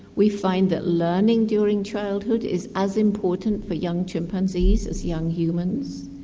we find that learning during childhood is as important for young chimpanzees as young humans,